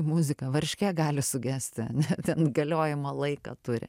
muzika varškė gali sugesti ane ten galiojimo laiką turi